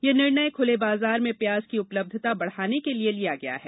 यह निर्णय खूले बाजार में प्याज की उपलब्धता बढ़ाने के लिए लिया गया है